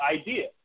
idea